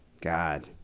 God